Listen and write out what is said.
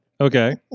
okay